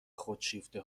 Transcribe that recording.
خودشیفته